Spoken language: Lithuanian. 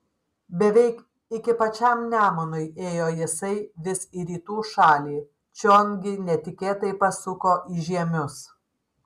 beveik iki pačiam nemunui ėjo jisai vis į rytų šalį čion gi netikėtai pasuko į žiemius